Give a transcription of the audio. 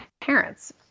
parents